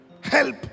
Help